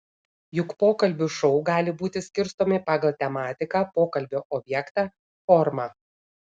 juk pokalbių šou gali būti skirstomi pagal tematiką pokalbio objektą formą